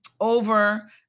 over